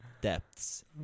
depths